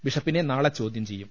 ബിഷപ്പിനെ നാളെ ചോദ്യം ചെയ്യും